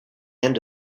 end